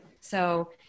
So-